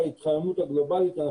ההתחממות הגלובלית,